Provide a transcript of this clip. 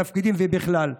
מה תפקידם בכלל?